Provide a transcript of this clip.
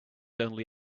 only